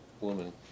woman